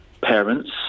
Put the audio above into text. parents